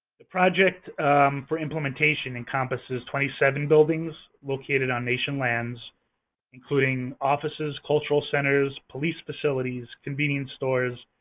the project for implementation encompasses twenty seven buildings located on nation lands including offices, cultural centers, police facilities, convenience stores,